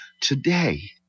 Today